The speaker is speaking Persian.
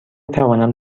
توانم